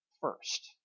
first